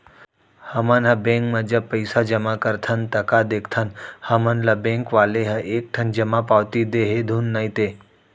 हमन ह बेंक म जब पइसा जमा करथन ता का देखथन हमन ल बेंक वाले ह एक ठन जमा पावती दे हे धुन नइ ते